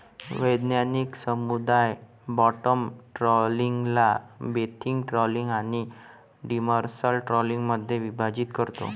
वैज्ञानिक समुदाय बॉटम ट्रॉलिंगला बेंथिक ट्रॉलिंग आणि डिमर्सल ट्रॉलिंगमध्ये विभाजित करतो